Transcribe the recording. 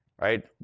Right